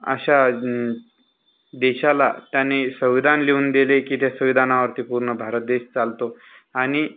अशा देशाला त्याने संविधान लिहून दिले की त्या संविधानावरती पूर्ण भारत देश चालतो आणि